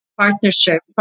partnership